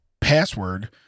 password